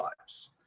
lives